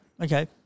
Okay